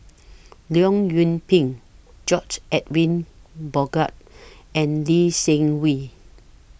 Leong Yoon Pin George Edwin Bogaars and Lee Seng Wee